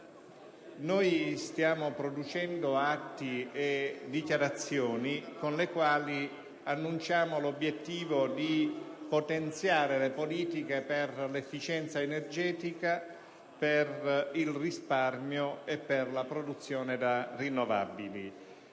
Stiamo producendo atti e dichiarazioni con le quali annunciamo l'obiettivo di potenziare le politiche per l'efficienza energetica, per il risparmio e per la produzione da fonti rinnovabili.